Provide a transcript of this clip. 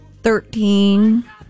Thirteen